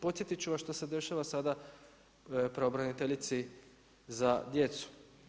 Podsjetiti ću vas što se dešava sada pravobraniteljici za djecu.